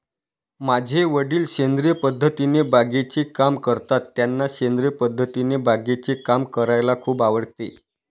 माझे वडील सेंद्रिय पद्धतीने बागेचे काम करतात, त्यांना सेंद्रिय पद्धतीने बागेचे काम करायला खूप आवडते